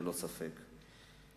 ללא ספק.